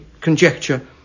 conjecture